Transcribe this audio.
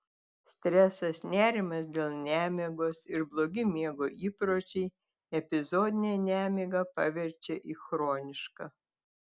stresas nerimas dėl nemigos ir blogi miego įpročiai epizodinę nemigą paverčia į chronišką